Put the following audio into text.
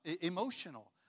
emotional